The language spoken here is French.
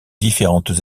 différentes